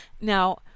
now